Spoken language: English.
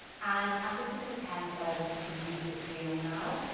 and i'm just gonna pretend that i want to use this reel now.